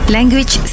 Language